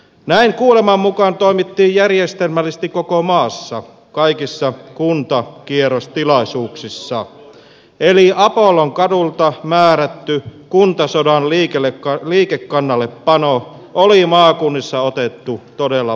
näin kuuleman mukaan toimittiin järjestelmällisesti koko maassa kaikissa kuntakierrostilaisuuksissa eli apollonkadulta määrätty kuntasodan liikekannallepano oli maakunnissa otettu todella vakavasti